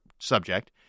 subject